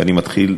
ואני מתחיל,